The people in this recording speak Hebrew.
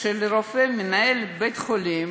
של רופא, מנהל בית-חולים,